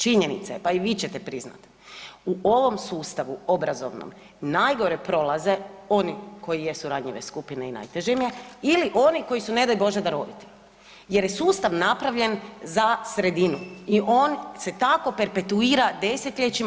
Činjenica je, pa i vi ćete priznati, u ovom sustavu obrazovnom najgore prolaze oni koji jesu ranjive skupine i najteže im je ili oni koji su ne daj bože daroviti jer je sustav napravljen za sredinu i on se tako perpetuira desetljećima.